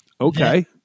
Okay